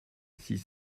six